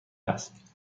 است